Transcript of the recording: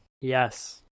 Yes